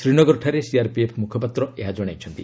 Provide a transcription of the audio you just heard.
ଶ୍ରୀନଗରଠାରେ ସିଆର୍ପିଏଫ୍ ମୁଖପାତ୍ର ଏହା କହିଛନ୍ତି